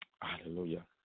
hallelujah